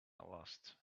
last